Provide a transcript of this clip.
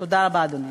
תודה רבה, אדוני.